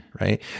right